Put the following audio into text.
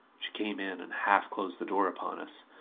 she came in and half closed the door upon us,